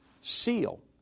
seal